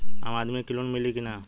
आम आदमी के लोन मिली कि ना?